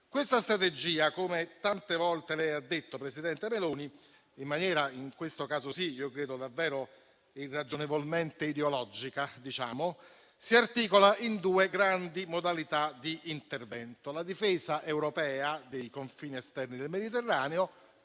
Questa strategia, come tante volte lei ha detto, presidente Meloni, credo in maniera - in questo caso sì - davvero irragionevolmente ideologica, si articola in due grandi modalità di intervento: la difesa europea dei confini esterni del Mediterraneo